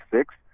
six